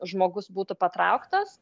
žmogus būtų patrauktas